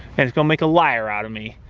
and it's gonna make a liar out of me